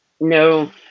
No